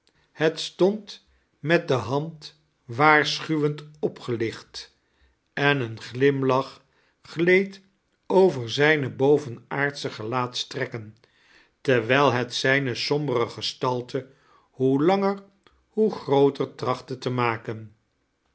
het stand met die hand waairschuweaid opgelicht en een glimlach gleed over zijne bovenaardische gelaatetrekken terwijl het zijne sombere gestalte hoe langer hoe girooter tirachtte te maken